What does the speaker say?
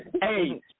Hey